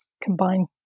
combine